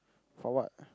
for what